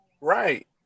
Right